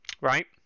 right